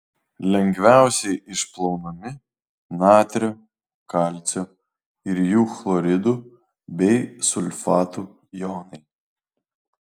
lengviausiai išplaunami natrio kalcio ir jų chloridų bei sulfatų jonai